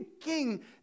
king